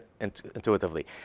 intuitively